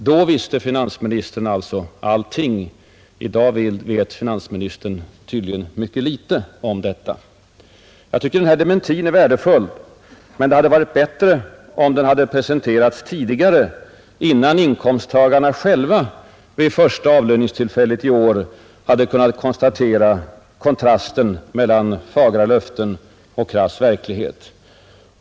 Då visste finansministern alltså allting — i dag vet finansministern tydligen ytterst litet om detta. Jag tycker att denna dementi är värdefull, men det hade varit bättre om den presenterats tidigare, innan inkomsttagarna själva vid första avlöningstillfället i år kunnat konstatera kontrasten mellan fagra löften och krass verklighet.